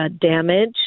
damage